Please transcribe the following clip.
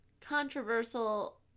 controversial